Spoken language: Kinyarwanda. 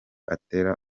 atera